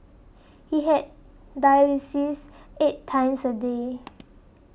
he had dialysis eight times a day